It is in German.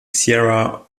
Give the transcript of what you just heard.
sierra